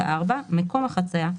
(4)מקום החצייה,